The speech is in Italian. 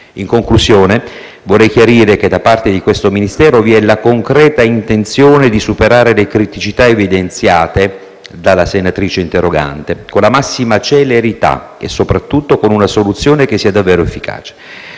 In conclusione, vorrei chiarire che da parte di questo Ministero vi è la concreta intenzione di superare le criticità evidenziate dalla senatrice interrogante con la massima celerità e soprattutto con una soluzione che sia davvero efficace,